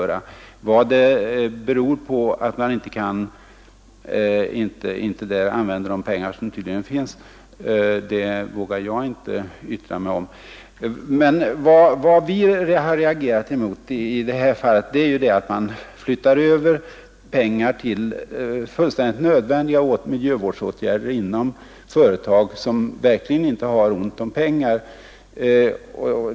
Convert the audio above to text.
Vad det beror på att man inte där använder de pengar som tydligen finns vågar jag inte yttra mig om. Vad vi har reagerat emot i det här fallet är att man flyttar över pengar för nödvändiga miljövårdsåtgärder till företag som verkligen inte har ont om pengar.